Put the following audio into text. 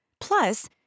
Plus